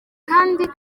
kandi